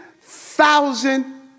thousand